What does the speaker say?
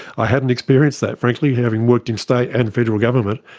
i hadn't experienced that, frankly, having worked in state and federal government,